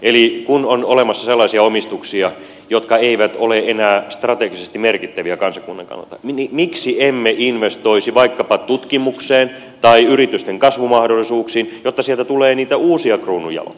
eli kun on olemassa sellaisia omistuksia jotka eivät ole enää strategisesti merkittäviä kansakunnan kannalta niin miksi emme investoisi vaikkapa tutkimukseen tai yritysten kasvumahdollisuuksiin jotta sieltä tulee niitä uusia kruununjalokiviä